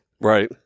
right